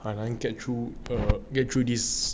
I can't get through the get through this